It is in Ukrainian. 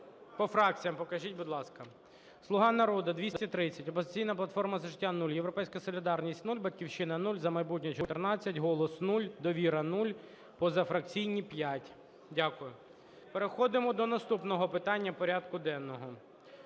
По фракціях покажіть, будь ласка. "Слуга народу" – 230, "Опозиційна платформа – За життя" – 0, "Європейська солідарність" – 0, "Батьківщина" – 0, "За майбутнє" – 14, "Голос" – 0, "Довіра" – 0, позафракційні – 5. Дякую. Переходимо до наступного питання порядку денного.